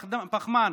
פחמן,